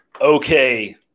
okay